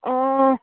ꯑꯣ